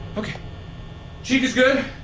okay chica's good.